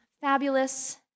fabulous